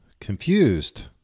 confused